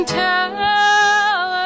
tell